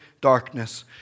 darkness